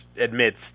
admits